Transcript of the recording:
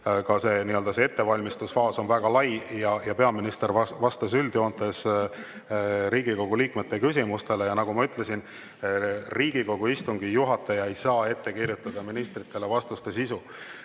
ka see ettevalmistusfaas väga lai ja peaminister vastas üldjoontes Riigikogu liikmete küsimustele. Nagu ma ütlesin, Riigikogu istungi juhataja ei saa ette kirjutada ministritele vastuste sisu.